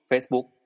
Facebook